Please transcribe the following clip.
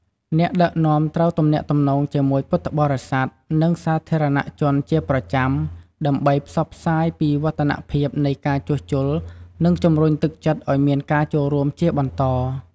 អ្នកដឹកនាំត្រូវទំនាក់ទំនងជាមួយពុទ្ធបរិស័ទ និងសាធារណជនជាប្រចាំ ដើម្បីផ្សព្វផ្សាយពីវឌ្ឍនភាពនៃការងារជួសជុល និងជំរុញទឹកចិត្តឱ្យមានការចូលរួមជាបន្ត។